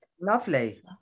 Lovely